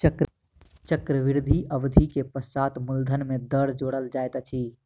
चक्रवृद्धि अवधि के पश्चात मूलधन में दर जोड़ल जाइत अछि